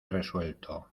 resuelto